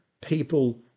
people